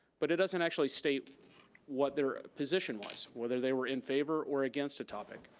but it doesn't actually state what their position was. whether they were in favor or against a topic,